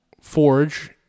forge